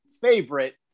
favorite